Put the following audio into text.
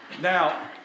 Now